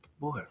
boy